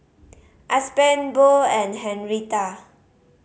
Aspen Bo and Henrietta